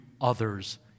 others